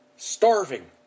starving